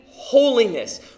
holiness